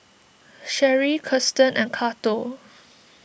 Sherree Krysten and Cato